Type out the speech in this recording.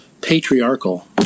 patriarchal